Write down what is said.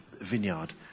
vineyard